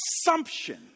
assumption